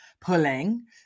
pulling